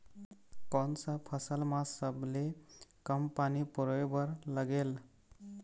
कोन सा फसल मा सबले कम पानी परोए बर लगेल?